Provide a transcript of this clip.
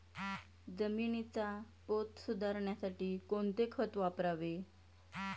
जमिनीचा पोत सुधारण्यासाठी कोणते खत वापरावे?